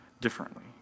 differently